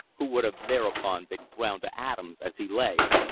who would have thereupon been ground to atoms as he lay.